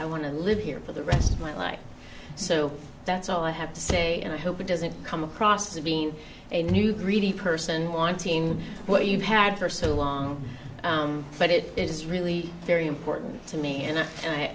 i want to live here for the rest of my life so that's all i have to say and i hope it doesn't come across as being a new greedy person wanting what you've had for so long but it is really very important to me and i